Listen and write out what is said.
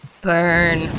burn